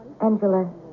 Angela